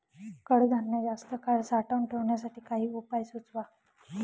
कडधान्य जास्त काळ साठवून ठेवण्यासाठी काही उपाय सुचवा?